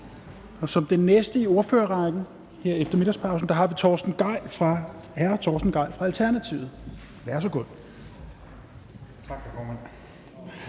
Som den næste i ordførerrækken her efter middagspausen er det hr. Torsten Gejl fra Alternativet. Værsgo.